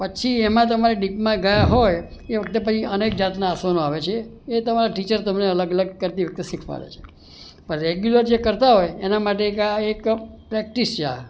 પછી એમાં તમારે ડીપમાં ગયા હોય એ વખતે પછી અનેક જાતનાં આસનો આવે છે એ તમારા ટીચર તમને અલગ અલગ કરતી વખતે શીખવાડે છે પણ રેગ્યુલર જે કરતા હોય એના માટે આ એક પ્રેક્ટિસ છે આ